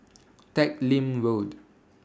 Teck Lim Road